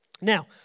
Now